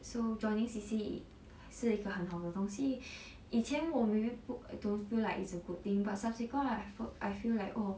so joining C_C_A 是一个很好的东西 以前我明明不 don't feel like it's a good thing but subsequent I felt I feel like oh